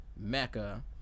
Mecca